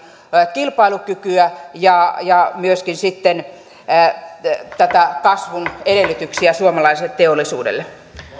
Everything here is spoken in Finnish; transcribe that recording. kilpailukykyä ja ja myöskin sitten näitä kasvun edellytyksiä suomalaiselle teollisuudelle arvoisa rouva